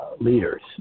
leaders